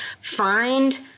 find